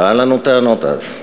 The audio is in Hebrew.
לא היו לנו טענות אז,